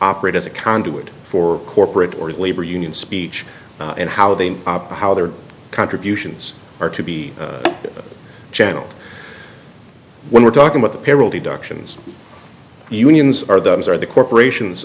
operate as a conduit for corporate or labor union speech and how they operate how their contributions are to be channeled when we're talking about the payroll deductions unions are those are the corporations